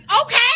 Okay